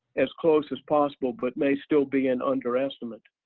as close as possible but may still be an underestimate.